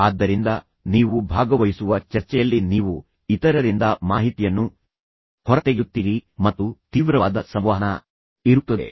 ಆದ್ದರಿಂದ ನೀವು ಭಾಗವಹಿಸುವ ಚರ್ಚೆಯಲ್ಲಿ ನೀವು ಇತರರಿಂದ ಮಾಹಿತಿಯನ್ನು ಹೊರತೆಗೆಯುತ್ತೀರಿ ಮತ್ತು ತೀವ್ರವಾದ ಸಂವಹನ ಇರುತ್ತದೆ